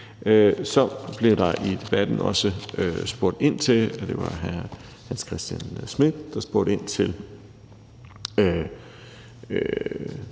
Så blev der i debatten også spurgt ind til – og det var hr. Hans Christian Schmidt, der gjorde det